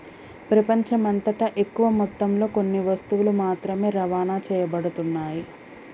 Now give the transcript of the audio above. ప్రపంచమంతటా ఎక్కువ మొత్తంలో కొన్ని వస్తువులు మాత్రమే రవాణా చేయబడుతున్నాయి